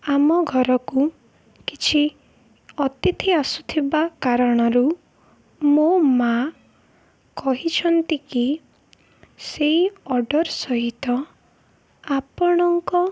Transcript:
ଆମ ଘରକୁ କିଛି ଅତିଥି ଆସୁଥିବା କାରଣରୁ ମୋ ମା କହିଛନ୍ତି କି ସେଇ ଅର୍ଡ଼ର୍ ସହିତ ଆପଣଙ୍କ